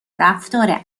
رفتار